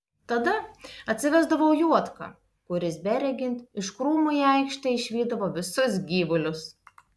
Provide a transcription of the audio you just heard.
tada atsivesdavau juodką kuris beregint iš krūmų į aikštę išvydavo visus gyvulius